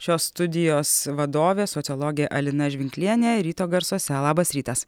šios studijos vadovė sociologė alina žvinklienė ryto garsuose labas rytas